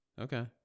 Okay